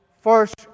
first